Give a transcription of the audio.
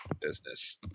business